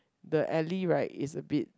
the alley right is a bit